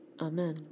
Amen